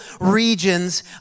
regions